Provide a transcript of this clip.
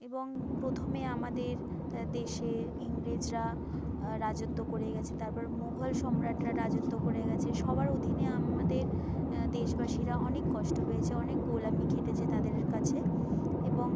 এবং প্রথমে আমাদের দেশে ইংরেজরা রাজত্ব করে গেছে তারপর মুঘল সম্রাটরা রাজত্ব করে গেছে সবার অধীনে আমাদের দেশবাসীরা অনেক কষ্ট পেয়েছে অনেক গোলামি খেটেছে তাদের কাছে এবং